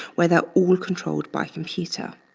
where they're all controlled by computer.